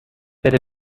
بده